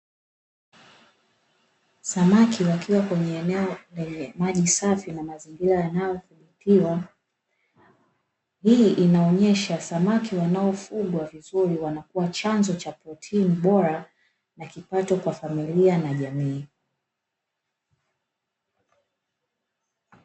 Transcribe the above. Samaki wakiwa kwenye eneo lenye maji safi na mazingira yanayovutia, hii inaonyesha samaki wanaofugwa vizuri wanakuwa chanzo cha protini bora na kipato kwa familia na jamii.